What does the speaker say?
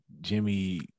Jimmy